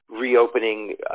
reopening